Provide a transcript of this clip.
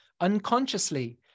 Unconsciously